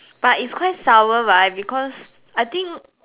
but it's quite sour right because I think